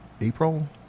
April